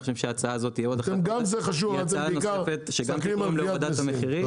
אני חושב שההצעה שהעליתם היא הצעה שיכולה לגרום להורדת המחירים,